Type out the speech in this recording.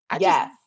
Yes